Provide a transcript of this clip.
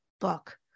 book